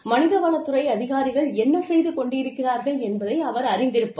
மனித வள துறை அதிகாரிகள் என்ன செய்து கொண்டிருக்கிறார்கள் என்பதை அவர் அறிந்திருப்பார்